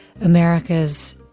America's